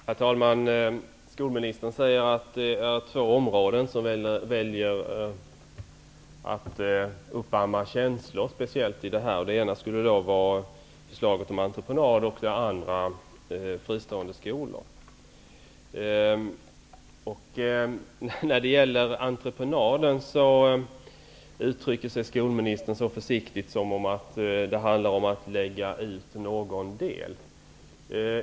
Herr talman! Skolministern säger att det är två områden som väcker känslor i det här sammanhanget. Det ena skulle då vara förslaget om entreprenad och det andra förslaget om fristående skolor. När det gäller entreprenaden uttrycker sig skolministern så försiktigt som om det handlade om att lägga ut någon del.